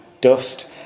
dust